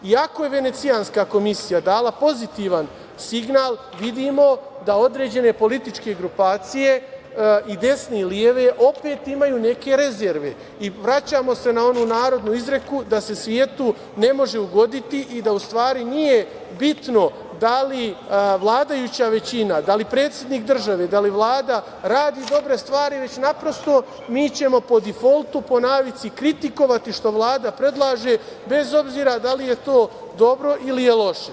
Iako je Venecijanska komisija dala pozitivan signal, vidimo da određene političke grupacije, i desne i leve, opet imaju neke rezerve i vraćamo se na onu narodnu izreku da se svetu ne može ugoditi i da u stvari nije bitno da li vladajuća većina, da li predsednik države, da li Vlada radi dobre stvari, već, naprosto, mi ćemo po difoltu, po navici kritikovati što Vlada predlaže, bez obzira da li je to dobro ili je loše.